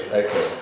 okay